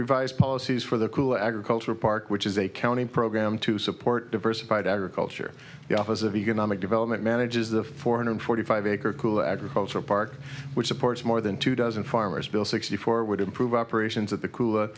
revise policies for the cool agricultural park which is a county program to support diversified agriculture the office of economic development manages the four hundred forty five acre cool agricultural park which supports more than two dozen farmers bill sixty four would improve operations at the